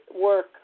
work